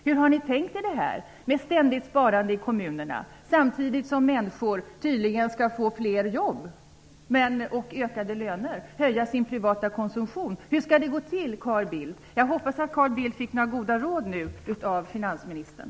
Hur har ni tänkt er det här med ständigt sparande i kommunerna, samtidigt som människor tydligen skall få fler jobb och höjda löner och kunna öka sin privata konsumtion? Hur skall detta gå till, Carl Bildt? Jag hoppas att Carl Bildt fick några goda råd nu av finansministern.